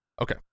Okay